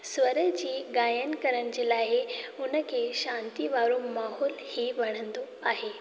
स्वर जी गायन करण जे लाइ हुन खे शांति वारो माहोल ई वणंदो आहे